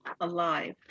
alive